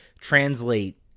translate